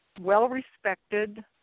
well-respected